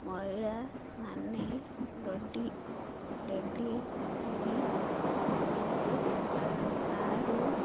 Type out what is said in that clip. ମହିଳାମାନେ ଲଡ଼ି ଡେଲିଭେରି ସମୟରେ ଗାଁ ଗାଁରୁ